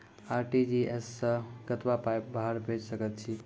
RTGS सअ कतबा पाय बाहर भेज सकैत छी?